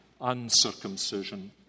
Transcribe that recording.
uncircumcision